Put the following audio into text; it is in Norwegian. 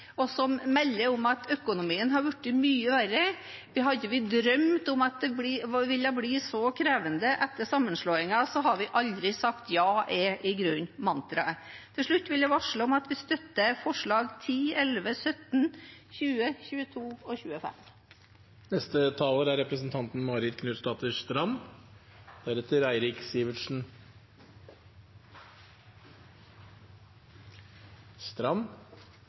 og som melder om at økonomien har blitt mye verre. Vi hadde ikke drømt om at det ville bli så krevende etter sammenslåingen, da hadde vi aldri sagt ja, er i grunnen mantraet. Til slutt vil jeg varsle om at vi støtter forslagene nr. 10, 11, 17, 20, 22 og